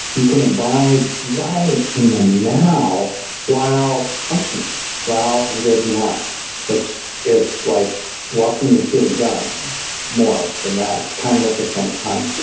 you can abide right in the now while functioning while engaging life which is like walking and chewing gum more than that kind of at the same time.